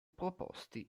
proposti